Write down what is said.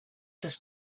this